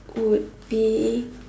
would be